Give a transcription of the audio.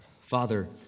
Father